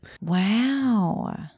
Wow